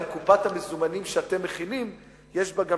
האם קופת המזומנים שאתם מכינים יש בה גם